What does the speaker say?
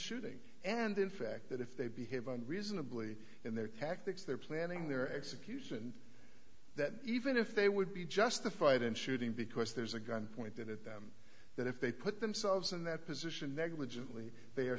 shooting and in fact that if they behave and reasonably in their tactics they're planning their execution that even if they would be justified in shooting because there's a gun pointed at them that if they put themselves in that position negligently they are